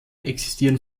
existieren